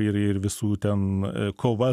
ir ir visų ten kova